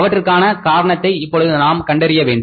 அவற்றுக்கான காரணத்தை இப்பொழுது நாம் கண்டறிய வேண்டும்